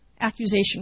accusation